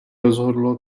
rozhodlo